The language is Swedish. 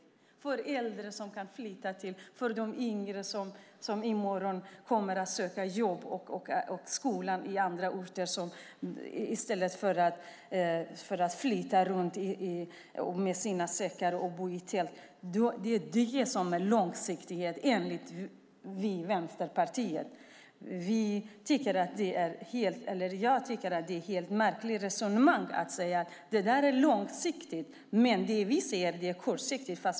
Det gäller äldre som behöver flytta, och det gäller yngre som i morgon kommer att söka jobb och skola på annan ort. De ska inte behöva flytta runt med sina säckar och bo i tält. Det är det som är långsiktighet enligt oss i Vänsterpartiet. Jag tycker att det är ett märkligt resonemang att säga att detta är långsiktigt. Vi tycker att det är kortsiktigt.